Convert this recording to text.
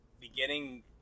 beginning